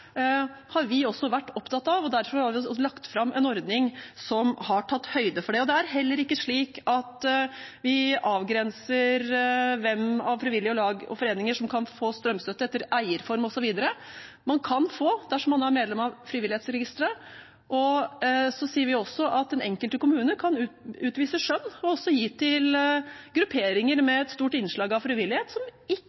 har vi også vært opptatt av. Derfor har vi lagt fram en ordning som har tatt høyde for det. Det er heller ikke slik at vi avgrenser hvilke frivillige lag og foreninger som kan få strømstøtte etter eierform osv. Man kan få dersom man er medlem av frivillighetsregisteret, men vi sier også at den enkelte kommune kan utvise skjønn og gi til grupperinger